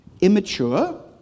immature